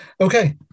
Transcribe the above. Okay